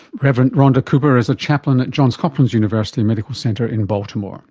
reverend rhonda cooper is a chaplain at johns hopkins university medical center in baltimore